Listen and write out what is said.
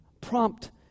prompt